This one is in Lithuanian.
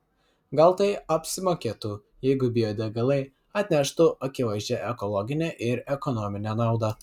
gal tai apsimokėtų jeigu biodegalai atneštų akivaizdžią ekologinę ir ekonominę naudą